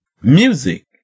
music